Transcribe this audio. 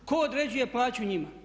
Tko određuje plaću njima?